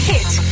Hit